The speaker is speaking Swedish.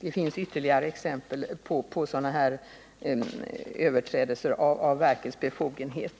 Det finns ytterligare exempel på sådana här överträdelser av verkets befogenhet.